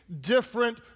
different